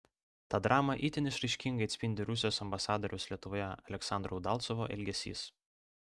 tą dramą itin išraiškingai atspindi rusijos ambasadoriaus lietuvoje aleksandro udalcovo elgesys